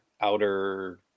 outer